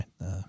right